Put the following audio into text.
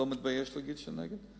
אני לא מתבייש להגיד שאני נגד.